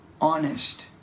honest